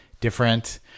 different